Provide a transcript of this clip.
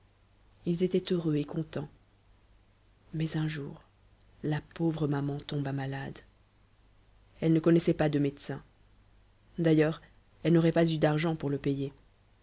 ils étaient heureux et contents mais un jour la pauvre maman tomba malade elle ne connaissait pas de médecin d'ailleurs elle n'aurait pas eu d'argent pour le payer